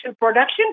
production